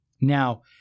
Now